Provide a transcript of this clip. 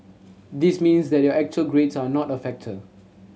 this means that your actual grades are not a factor